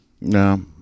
No